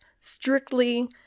strictly